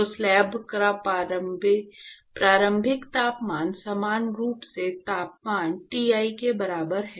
तो स्लैब का प्रारंभिक तापमान समान रूप से तापमान Ti के बराबर है